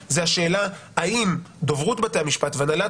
בעיניי זו השאלה האם דוברות בתי המשפט והנהלת